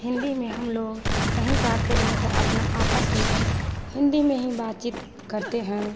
हिन्दी में हमलोग कहीं जाते हैं तो अपना आपस में हिन्दी में ही बातचीत करते हैं